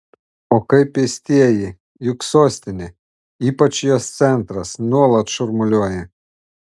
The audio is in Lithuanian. o kaip pėstieji juk sostinė ypač jos centras nuolat šurmuliuoja